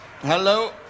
hello